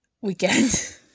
weekend